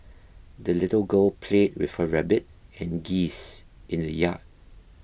the little girl played with her rabbit and geese in the yard